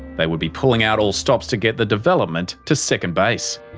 they would be pulling out all stops to get the development to second base.